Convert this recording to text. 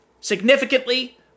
significantly